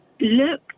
look